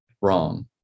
wrong